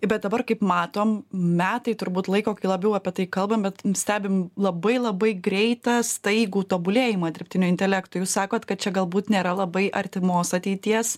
bet dabar kaip matom metai turbūt laiko kai labiau apie tai kalbam bet stebim labai labai greitą staigų tobulėjimą dirbtinio intelekto jūs sakot kad čia galbūt nėra labai artimos ateities